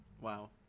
Wow